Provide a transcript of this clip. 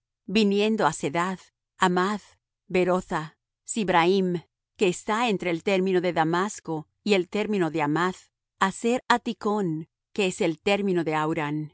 viniendo á sedad hamath berotha sibrahim que está entre el término de damasco y el término de hamath haser hatticon que es el término de hauran